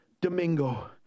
Domingo